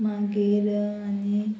मागीर आनी